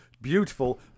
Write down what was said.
beautiful